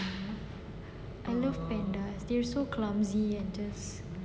I love pandas they are so clumsy just